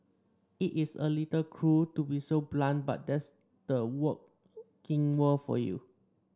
it's a little cruel to be so blunt but that's the working world for you